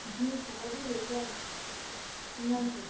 jeans ꯀꯨꯝꯕꯗꯤ ꯂꯩꯕ꯭ꯔ ꯑꯉꯥꯡꯒꯤ